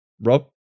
Rob